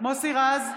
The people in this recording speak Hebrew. מוסי רז,